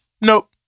nope